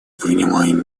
принимаем